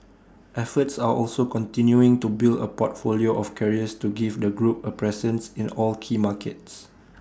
efforts are also continuing to build A portfolio of carriers to give the group A presence in all key markets